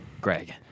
Greg